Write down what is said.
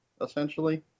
essentially